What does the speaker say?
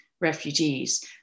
refugees